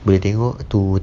boleh tengok to